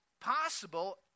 possible